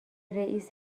رئیست